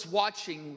watching